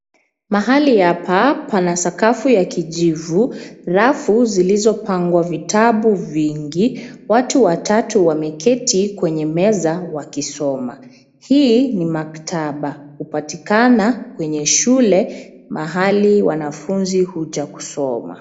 Mahali hapa hapa pana skafu ya kijivu rafi zilizopangwa vitabu vingi watu watatu wameketi kwenye meza wakisoma hii ni maktaba hupatikana kwenye shule mahali wanafunzi hukuja kusoma.